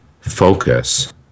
focus